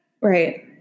Right